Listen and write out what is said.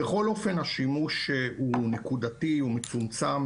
בכל אופן, השימוש הוא נקודתי, הוא מצומצם.